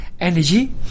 energy